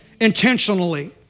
intentionally